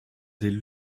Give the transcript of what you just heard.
des